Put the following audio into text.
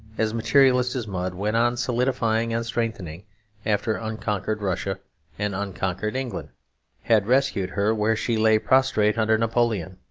as materialist as mud, went on solidifying and strengthening after unconquered russia and unconquered england had rescued her where she lay prostrate under napoleon.